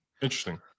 Interesting